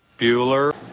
Bueller